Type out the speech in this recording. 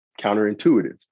counterintuitive